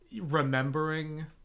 remembering